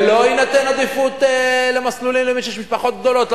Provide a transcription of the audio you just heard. ולא תינתן עדיפות למסלולים למי שיש להם משפחות גדולות,